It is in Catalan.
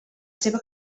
seva